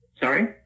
sorry